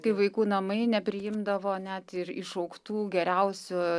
kai vaikų namai nepriimdavo net ir išaugtų geriausių